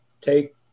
take